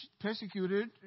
persecuted